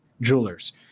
jewelers